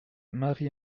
marie